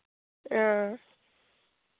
हां